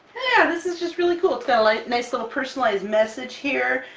yeah! this is just really cool! it's got a light nice little personalized message here,